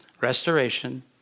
Restoration